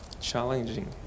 Challenging